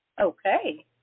Okay